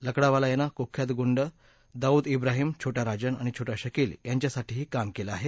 लकडावाला यानं कुख्यात गुंड दाऊद ब्राहीम छोटा राजन आणि छोटा शकील यांच्यासाठीही काम केलं आहे